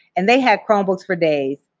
and they had chromebooks for days,